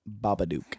Babadook